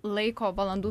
laiko valandų